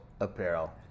apparel